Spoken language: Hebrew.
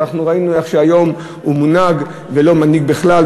וראינו איך היום הוא מונהג ולא מנהיג בכלל.